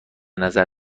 نظر